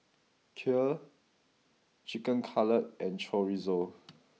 Kheer Chicken Cutlet and Chorizo